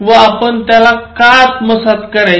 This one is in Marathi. व आपण त्याला का आत्मसात करायचे